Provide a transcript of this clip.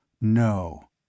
No